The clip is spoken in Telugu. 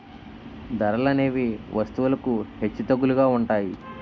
ధరలనేవి వస్తువులకు హెచ్చుతగ్గులుగా ఉంటాయి